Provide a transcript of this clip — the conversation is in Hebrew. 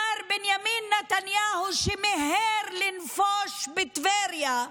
מר בנימין נתניהו, שמיהר לנפוש בטבריה,